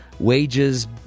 Wages